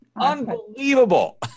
Unbelievable